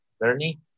bernie